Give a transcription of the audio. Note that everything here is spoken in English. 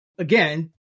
Again